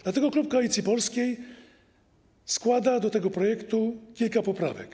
Dlatego klub Koalicji Polskiej składa do tego projektu kilka poprawek.